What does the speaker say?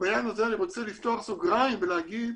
ובעניין הזה אני רוצה לפתוח סוגריים ולהגיד